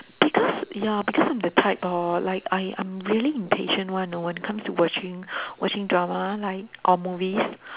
because ya because I'm the type hor like I I'm really impatient [one] you know when it comes to watching watching drama like or movies